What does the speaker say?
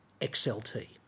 XLT